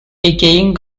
decaying